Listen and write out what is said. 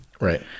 Right